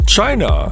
China